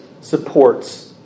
supports